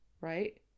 right